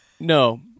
No